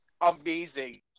amazing